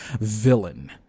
villain